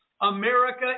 America